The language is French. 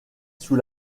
sous